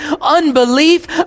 unbelief